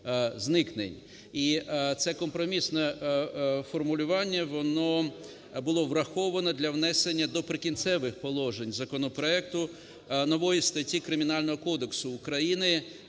І це компромісне формулювання, воно було враховано для внесення до "Прикінцевих положень" законопроекту нової статті Кримінального кодексу України,